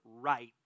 right